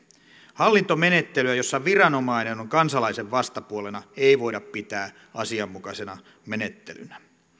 hallintomenettelyä jossa viranomainen on kansalaisen vastapuolena ei voida pitää asianmukaisena menettelynä